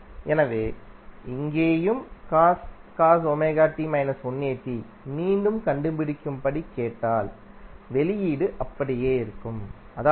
எனவே இங்கேயும்மீண்டும்கண்டுபிடிக்கும்படி கேட்டால்வெளியீடு அப்படியே இருக்கும் அதாவது